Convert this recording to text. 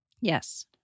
Yes